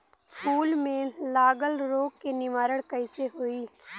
फूल में लागल रोग के निवारण कैसे होयी?